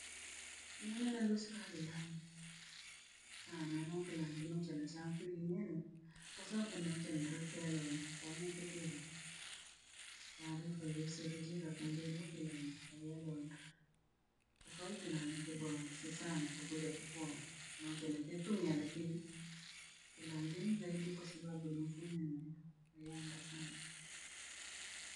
Neene naluusikaa kilangi, sana nuu kilangi nu chena cha pwi iyene kosanku notendre kero na kwonendekero. taarifa yoyosi ira jirakuoje ilivo kilangi owooluandri, tofauti na- nakiibondo sii sana tuhu japokuwa nochene tetunye lakini kilaangi ni zaidi kwasababu nofumwemweka ihenda sana.